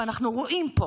ואנחנו רואים פה